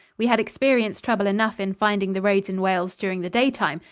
we had experienced trouble enough in finding the roads in wales during the daytime,